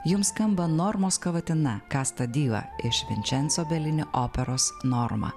jums skamba normos kavatina kasta dyla ir vinčenso belini operos norma